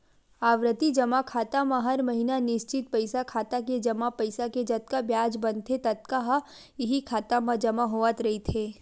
आवरती जमा खाता म हर महिना निस्चित पइसा खाता के जमा पइसा के जतका बियाज बनथे ततका ह इहीं खाता म जमा होवत रहिथे